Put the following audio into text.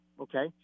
Okay